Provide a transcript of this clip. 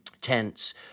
Tents